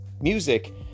music